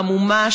עמומה,